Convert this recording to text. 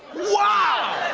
wow!